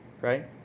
Right